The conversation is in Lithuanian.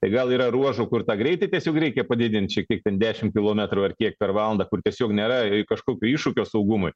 tai gal yra ruožų kur tą greitį tiesiog reikia padidinti šiek tiek ten dešimt kilometrų ar kiek per valandą kur tiesiog nėra kažkokio iššūkio saugumui